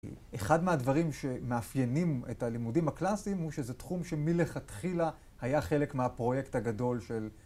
אחד מהדברים שמאפיינים את הלימודים הקלאסיים הוא שזה תחום שמלכתחילה היה חלק מהפרויקט הגדול של